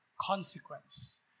Consequence